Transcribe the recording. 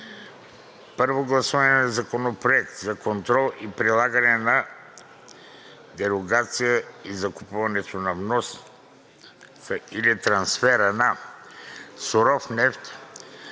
Първо гласуване на Законопроекта за контрол за прилагане на дерогацията и закупуването, вноса или трансфера на суров нефт,